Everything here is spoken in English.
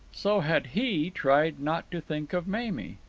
so had he tried not to think of mamie.